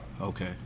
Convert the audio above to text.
Okay